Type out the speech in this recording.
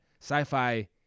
Sci-fi